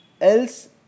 Else